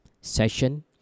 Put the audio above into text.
session